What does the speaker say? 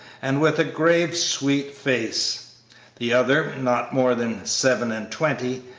and with a grave, sweet face the other not more than seven-and-twenty,